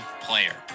player